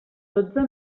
dotze